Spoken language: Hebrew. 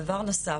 דבר נוסף,